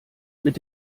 mit